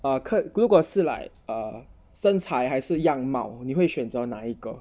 err 看如果是 err 身材还是样貌你会选择哪一个